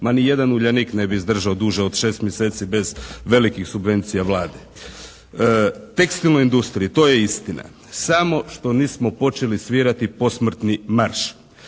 Ma ni jedan Uljanik ne bi izdržao duže od 6 mjeseci bez velikih subvencija Vlade. Tekstilnoj industriji, to je istina, samo što nismo počeli svirati posmrtni marš.